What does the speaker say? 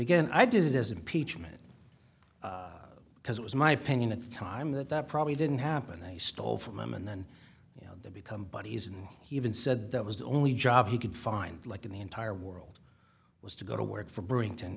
again i did it as impeachment because it was my opinion at the time that that probably didn't happen i stole from him and then you know become buddies and he even said that was the only job he could find like in the entire world was to go to work for brewington